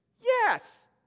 Yes